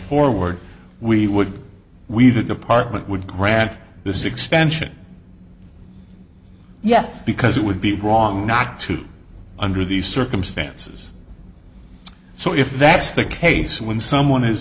forward we would we the department would grant this extension yes because it would be wrong not to under these circumstances so if that's the case when someone is